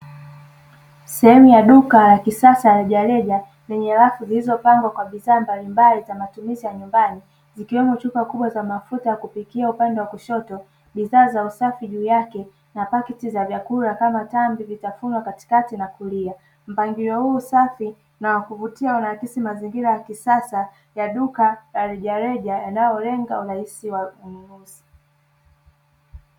Sehemu ya duka la kisasa la rejareja lenye rafu zilizopangwa kwa bidhaa mbalimbali za matumizi ya nyumbani, zikiwemo chupa kubwa za mafuta ya kupikia upande wa kushoto, bidhaa za usafi juu yake na pakti za vyakula kama tambi, vitafunwa katikati na kulia. Mpangilio huu safi na wa kuvutia unaakisi mazingira ya kisasa ya duka la rejareja yanayolenga urahisi wa ununuzi.